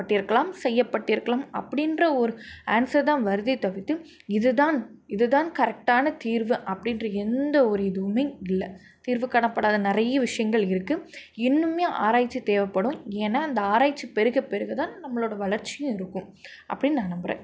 பட்டிருக்கலாம் செய்யப்பட்டிருக்கலாம் அப்படின்ற ஒரு ஆன்சர் தான் வருதே தவிர்த்து இதுதான் இதுதான் கரெக்டான தீர்வு அப்படின்ற எந்த ஒரு இதுவுமே இல்லை தீர்வு காணப்படாத நிறைய விஷயங்கள் இருக்குது இன்னுமே ஆராய்ச்சி தேவைப்படும் ஏன்னா இந்த ஆராய்ச்சி பெருக பெருக தான் நம்மளோட வளர்ச்சியும் இருக்கும் அப்படின் நான் நம்புகிறேன்